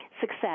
success